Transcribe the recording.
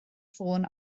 ffôn